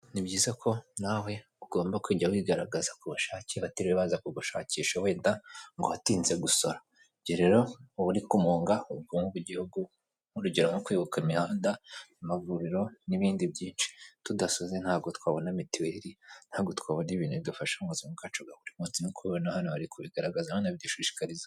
Icyumba cyiza giteguye neza kiriho matora nziza iri kiri mu mashashi ifite ibara ry'umweru, ndetse ku hande hari n'ahantu ha ushobora kwicara heza, ku ruhande handi hariho akabati gateganye n'igitanda wabikamo udukoresho ndetse hariho n'amarido meza cyane, n'ibindi biteretse kuri matera